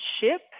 ship